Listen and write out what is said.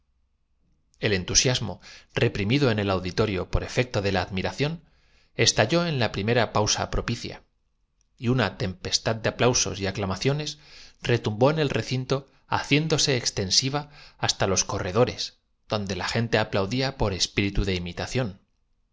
el entusiasmo reprimido en el auditorio por efecto composición para explicarlo satisfactoriamente es de la admiración estalló en la primera pausa propicia preciso que me ocupe un poco de mi aparato el anay una tempestad de aplausos y aclamaciones retumbó cronópete que es una especie de arca de noé debe su en el recinto haciéndose extensiva hasta los corredores nombre á tres voces griegas aná que significa hacia donde la gente aplaudía por espíritu de imitación